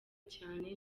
cyane